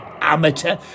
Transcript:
amateur